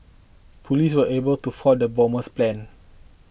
police were able to foil the bomber's plan